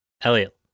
Elliot